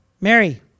Mary